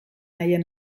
haien